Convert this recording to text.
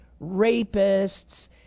rapists